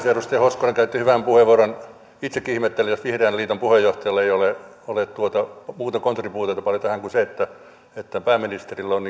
edustaja hoskonen käytti hyvän puheenvuoron itsekin ihmettelen jos vihreän liiton puheenjohtajalla ei ole paljon muuta kontribuutiota tähän kuin se että pääministerillä on